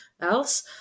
else